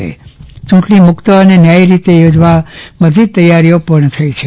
આ ચ્રૂંટણી મુક્ત અને ન્યાયી રીતે યોજવા બધી જ તૈયારીઓ પૂર્ણ થઈ છે